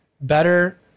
better